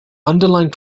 underlying